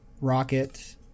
Rocket